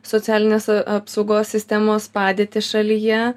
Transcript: socialinės apsaugos sistemos padėtį šalyje